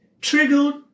triggered